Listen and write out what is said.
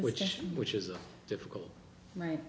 which which is difficult right